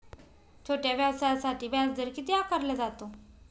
छोट्या व्यवसायासाठी व्याजदर किती आकारला जातो?